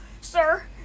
sir